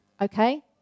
okay